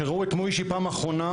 שראו את מויישי פעם אחרונה,